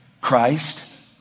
Christ